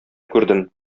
күрдем